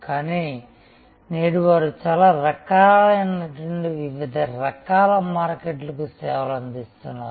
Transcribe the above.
కానీ నేడు వారు చాలా రకాలైన వివిధ రకాల మార్కెట్లకు సేవలు అందిస్తున్నారు